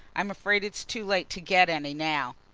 i'm afraid it's too late to get any now.